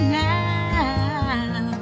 now